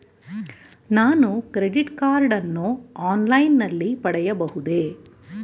ನಾನು credit card ಅನ್ನು online ನಲ್ಲಿ ಪಡೆಯಬಹುದೇ?